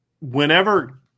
whenever